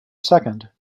second